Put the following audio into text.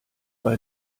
bei